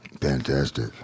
Fantastic